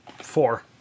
Four